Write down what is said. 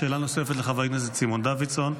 שאלה נוספת לחבר הכנסת סימון דוידסון,